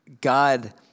God